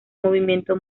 movimiento